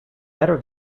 better